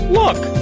look